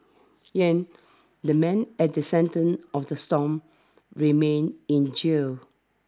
Yang the man at the sentence of the storm remains in jail